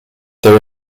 there